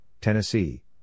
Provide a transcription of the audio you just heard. Tennessee